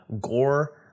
gore